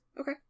okay